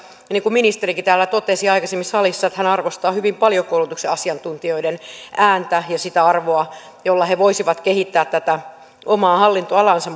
niin totesikin ministerikin täällä totesi aikaisemmin salissa että hän arvostaa hyvin paljon koulutuksen asiantuntijoiden ääntä ja sitä arvoa jolla he voisivat kehittää tätä omaa hallintoalaansa